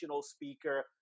speaker